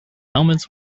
helmets